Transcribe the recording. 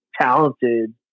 talented